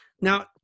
Now